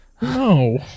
No